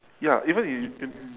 ya even if in